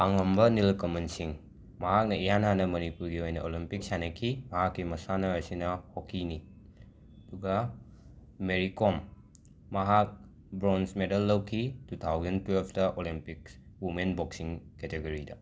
ꯄꯥꯡꯉꯝꯕ ꯅꯤꯂꯀꯃꯜ ꯁꯤꯡ ꯃꯍꯥꯛꯅ ꯏꯍꯥꯟ ꯍꯥꯟꯅ ꯃꯅꯤꯄꯨꯔꯒꯤ ꯑꯣꯏꯅ ꯑꯣꯂꯤꯝꯄꯤꯛ ꯁꯥꯟꯅꯈꯤ ꯃꯍꯥꯛꯀꯤ ꯃꯁꯥꯟꯅ ꯑꯁꯤꯅ ꯍꯣꯛꯀꯤꯅꯤ ꯑꯗꯨꯒ ꯃꯦꯔꯤ ꯀꯣꯝ ꯃꯍꯥꯛ ꯕ꯭ꯔꯣꯟꯖ ꯃꯦꯗꯜ ꯂꯧꯈꯤ ꯇꯨ ꯊꯥꯎꯖꯟ ꯇ꯭꯭ꯋꯦꯜꯞꯇ ꯑꯣꯂꯤꯝꯄꯤꯛ ꯋꯨꯃꯦꯟ ꯕꯣꯛꯁꯤꯡ ꯀꯦꯇꯦꯒꯣꯔꯤꯗ